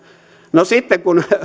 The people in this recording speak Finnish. no sitten kun